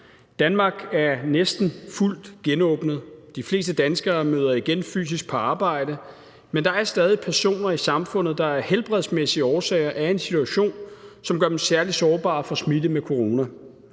Danmark er næsten fuldt genåbnet. De fleste danskere møder igen fysisk på arbejde, men der er stadig personer i samfundet, der af helbredsmæssige årsager er i en situation, som gør dem særlig sårbare for smitte med corona.